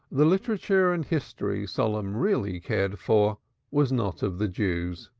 the literature and history solomon really cared for was not of the jews.